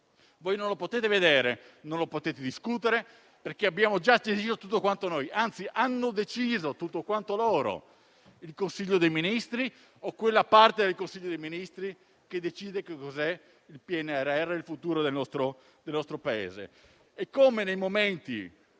voi non lo potete vedere e non lo potete discutere perché abbiamo già deciso tutto noi; anzi hanno deciso tutto loro: il Consiglio dei ministri o quella parte del Consiglio dei ministri che decide che cos'è il PNRR e il futuro del nostro Paese. E, come nei momenti